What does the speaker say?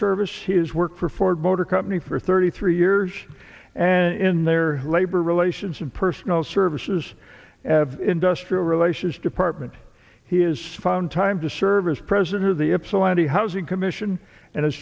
service his work for ford motor company for thirty three years and in their labor relations and personal services industrial relations department he is found time to serve as president of the ypsilanti housing commission and